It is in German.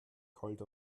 kalt